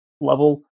level